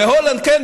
בהולנד כן,